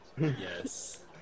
Yes